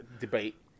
debate